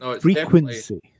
frequency